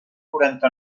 quaranta